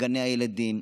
גני ילדים,